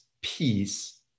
peace